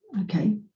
Okay